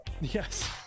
Yes